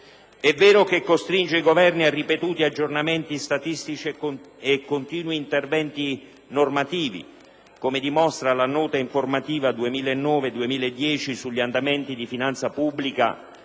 è vero che costringe i Governi a ripetuti aggiornamenti statistici e a continui interventi normativi, come dimostra la Nota informativa 2009-2010 sugli andamenti di finanza pubblica,